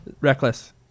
Reckless